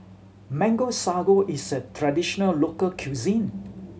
Mango Sago is a traditional local cuisine